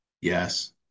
Yes